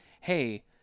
Hey